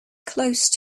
close